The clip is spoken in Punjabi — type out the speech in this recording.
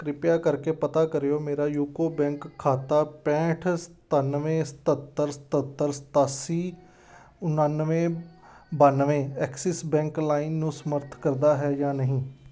ਕਰਿਪਿਆ ਕਰਕੇ ਪਤਾ ਕਰਿਓ ਮੇਰਾ ਯੂਕੋ ਬੈਂਕ ਖਾਤਾ ਪੈਂਹਠ ਸਤਾਨਵੇਂ ਸਤੱਤਰ ਸਤੱਤਰ ਸਤਾਸੀ ਉਣਾਨਵੇਂ ਬਾਨਵੇਂ ਐਕਸਿਸ ਬੈਂਕ ਲਾਇਨ ਨੂੰ ਸਮਰਥ ਕਰਦਾ ਹੈ ਜਾਂ ਨਹੀਂ